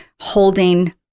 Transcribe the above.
holding